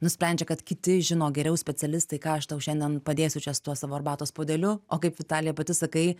nusprendžia kad kiti žino geriau specialistai ką aš tau šiandien padėsiu čia su tuo savo arbatos puodeliu o kaip vitalija pati sakai